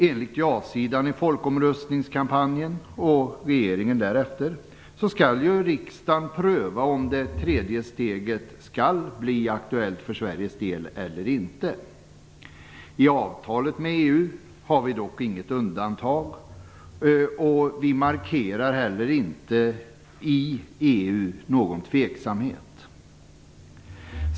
Enligt jasidan i folkomröstningskampanjen och därefter regeringen skall riksdagen pröva om det tredje steget skall bli aktuellt för Sveriges del eller inte. I avtalet med EU har vi dock inget undantag, och vi markerar heller inte i EU någon tveksamhet.